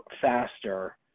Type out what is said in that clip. faster